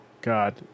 God